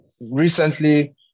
recently